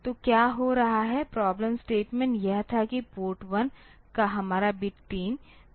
तो क्या हो रहा है प्रॉब्लम स्टेटमेंट यह था कि पोर्ट 1 का हमारा बिट 3